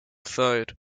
side